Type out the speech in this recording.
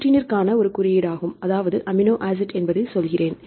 ப்ரோடீன்ற்கான ஒரு குறியீடாகும் அதாவது அமினோ ஆசிட் என்பதை சொல்கிறேன்